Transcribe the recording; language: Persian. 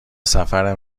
سفر